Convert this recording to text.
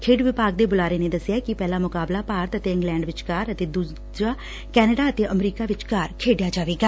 ਖੇਡ ਵਿਭਾਗ ਦੇ ਬੂਲਾਰੇ ਨੇ ਦਸਿਐ ਕਿ ਪਹਿਲਾ ਮੁਕਾਬਲਾ ਭਾਰਤ ਅਤੇ ਇੰਗਲੈਡ ਵਿਚਕਾਰ ਅਤੇ ਦੁਜਾ ਕੈਨੇਡਾ ਅਤੇ ਅਮਰੀਕਾ ਵਿਚਕਾਰ ਖੇਡਿਆ ਜਾਵੇਗਾ